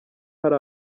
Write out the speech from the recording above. hari